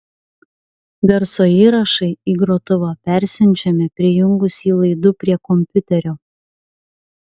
garso įrašai į grotuvą persiunčiami prijungus jį laidu prie kompiuterio